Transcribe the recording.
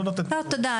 לא, תודה.